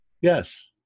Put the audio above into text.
Yes